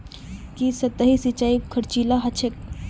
की सतही सिंचाई खर्चीला ह छेक